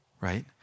right